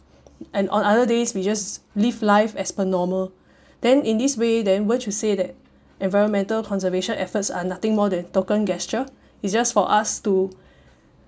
and on other days we just live life as per normal then in this way then won't you say that environmental conservation efforts are nothing more than token gesture it's just for us to